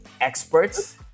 experts